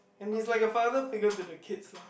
and he is like the father figure to the kids lah